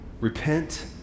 repent